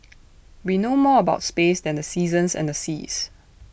we know more about space than the seasons and the seas